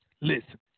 listen